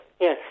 Yes